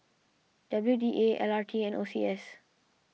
W D A L R T and O C S